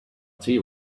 tea